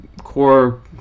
core